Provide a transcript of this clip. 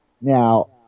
now